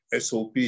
SOP